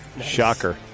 Shocker